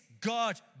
God